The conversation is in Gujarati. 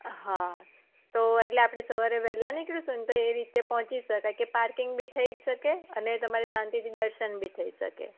હા તો એટલે આપણે સવારે વહેલાં નીકળીશું ને તો એ રીતે પહોંચી શકાય કે પાર્કિંગ બી થઈ શકે અને તમારે શાંતિથી દર્શન બી થઈ શકે